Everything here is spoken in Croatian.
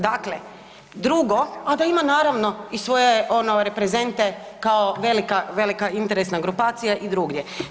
Dakle, drugo, a da ima naravno i svoje ono reprezente kao velika, velika interesna grupacija i drugdje.